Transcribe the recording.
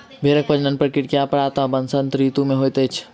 भेड़क प्रजनन प्रक्रिया प्रायः वसंत ऋतू मे होइत अछि